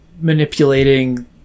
manipulating